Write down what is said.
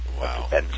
wow